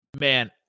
Man